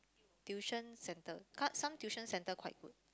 tuition centre some tuition centre quite good